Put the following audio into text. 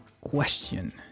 question